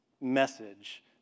message